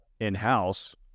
in-house